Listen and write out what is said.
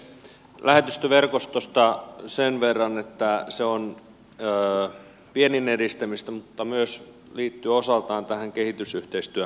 lähetystöverkostosta sen verran että se on viennin edistämistä mutta myös liittyy osaltaan tähän kehitysyhteistyörahoitukseen